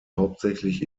hauptsächlich